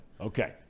Okay